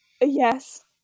Yes